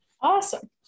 Awesome